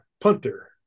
punter